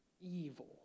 Evil